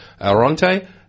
Aronte